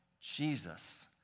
Jesus